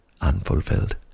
unfulfilled